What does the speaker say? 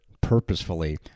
purposefully